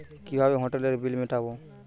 কিভাবে হোটেলের বিল মিটাব?